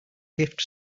gift